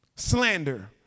Slander